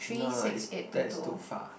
no it's that's too far